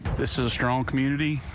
this is a strong community.